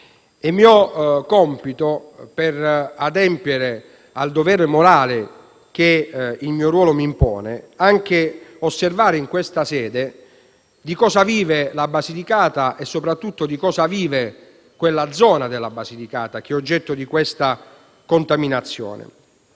È mio compito, per adempiere al dovere morale che il mio ruolo mi impone, osservare in questa sede di cosa vive la Basilicata e, soprattutto, di cosa vive quella zona della Basilicata che è oggetto di questa contaminazione.